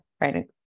right